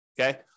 okay